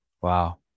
Wow